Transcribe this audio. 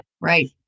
Right